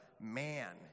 man